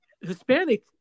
Hispanic